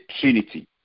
Trinity